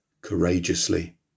courageously